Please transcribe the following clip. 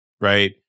right